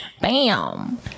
bam